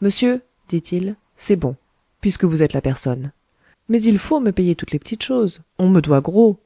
monsieur dit-il c'est bon puisque vous êtes la personne mais il faut me payer toutes les petites choses on me doit gros